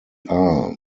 are